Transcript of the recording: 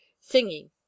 singing